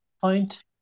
point